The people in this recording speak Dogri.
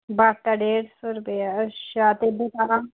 बरथा डेड सौ रपेआ ऐ ते अच्छा बदाम